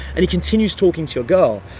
and he continues talking to your girl.